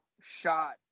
shot